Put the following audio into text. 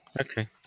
Okay